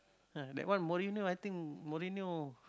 ah that one Morinho I think Morinho